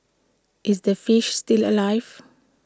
is the fish still alive